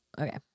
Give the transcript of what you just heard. Okay